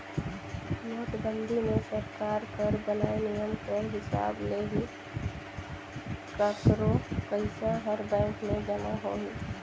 नोटबंदी मे सरकार कर बनाय नियम कर हिसाब ले ही काकरो पइसा हर बेंक में जमा होही